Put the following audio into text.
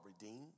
redeemed